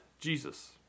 Jesus